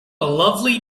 lovely